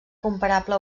comparable